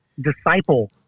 Disciple